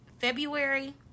February